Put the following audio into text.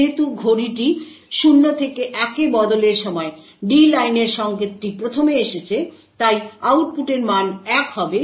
যেহেতু ঘড়িটি 0 থেকে 1 এ বদলের সময় D লাইনের সংকেতটি প্রথমে এসেছে তাই আউটপুটের মান 1 হবে